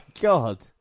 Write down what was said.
god